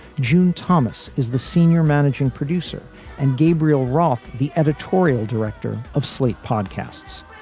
june thomas is the senior managing producer and gabriel roth, the editorial director of slate podcasts.